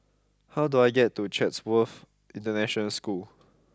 how do I get to Chatsworth International School